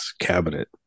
cabinet